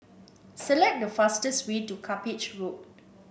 select the fastest way to Cuppage Road